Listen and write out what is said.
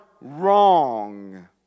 wrong